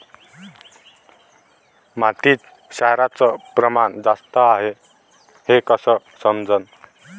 मातीत क्षाराचं प्रमान जास्त हाये हे कस समजन?